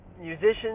musicians